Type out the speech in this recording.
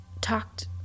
talked